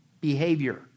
behavior